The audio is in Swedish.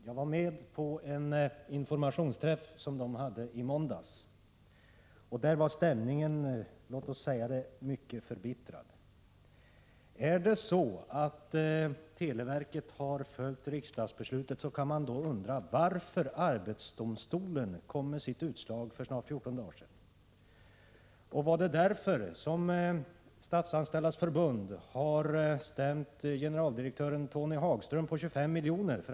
Jag var med på en informationsträff som de hade i måndags, och där var stämningen låt mig säga mycket förbittrad. Är det så att televerket har följt riksdagsbeslutet kan man undra varför arbetsdomstolen kom med sitt utslag för snart 14 dagar sedan. Och är det på grund härav som Statsanställdas förbund har stämt generaldirektören Tony Hagström på 25 milj.kr.?